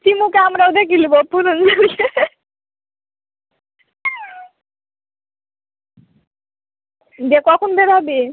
শিমুকে আমরা বোধহয় গিলবো তুলো দিয়ে কখন বের হবি